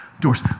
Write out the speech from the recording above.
doors